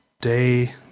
day